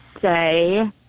say